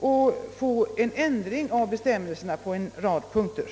Härtill får vi emellertid återkomma vid ett senare tillfälle.